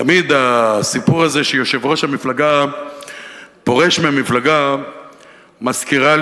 תמיד הסיפור הזה שיושב-ראש המפלגה פורש מהמפלגה מזכיר לי